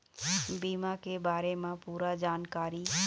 बीमा के बारे म पूरा जानकारी?